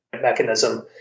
mechanism